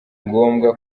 ngombwa